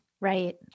Right